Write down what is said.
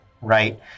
right